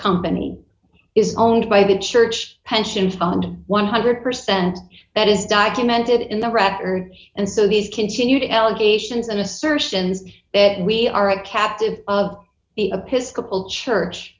company is owned by the church pension fund one hundred percent that is documented in the record and so these continued allegations and assertions that we are a captive of